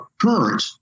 current